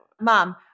Mom